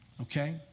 Okay